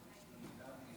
תודה רבה.